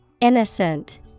Innocent